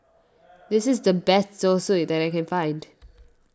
this is the best Zosui that I can find